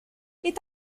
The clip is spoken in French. est